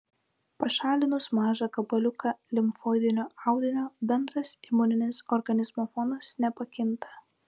pašalinus mažą gabaliuką limfoidinio audinio bendras imuninis organizmo fonas nepakinta